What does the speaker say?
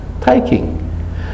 taking